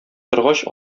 торгач